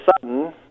sudden